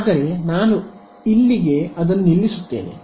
ಆದರೆ ನಾನು ಇಲ್ಲಿ ನಿಲ್ಲಿಸುತ್ತೇನೆ